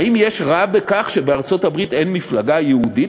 האם יש רע בכך שבארצות-הברית אין מפלגה יהודית,